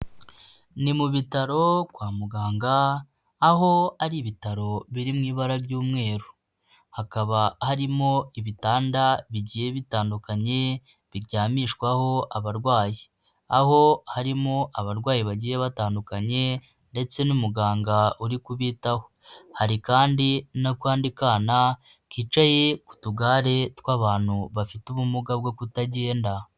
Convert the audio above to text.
Ni mu bitaro kwa muganga aho ari ibitaro biri mu ibara ry'umweru, hakaba harimo ibitanda bigiye bitandukanye biryamishwaho abarwayi, aho harimo abarwayi bagiye batandukanye ndetse n'umuganga uri kubitaho, hari kandi n'akandi kana kicaye ku tugare tw'abantu bafite ubumuga bwo kutagenda.